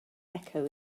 echo